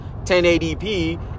1080p